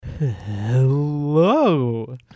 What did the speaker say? Hello